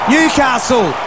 Newcastle